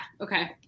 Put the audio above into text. Okay